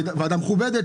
ועדה מכובדת,